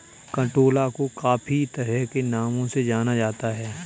कंटोला को काफी तरह के नामों से जाना जाता है